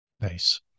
nice